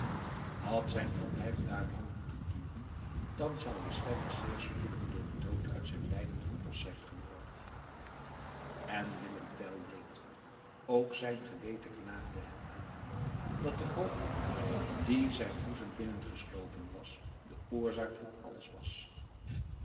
had zijn verblijf daar lang moeten duren dan zou hij stellig zeer spoedig door den dood uit zijn lijden verlost zijn geworden en willem tell leed ook zijn geweten klaagde hem aan dat de hoogmoed die zijn boezem binnengeslopen was de oorzaak van alles was